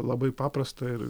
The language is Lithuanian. labai paprasta ir